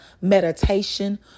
meditation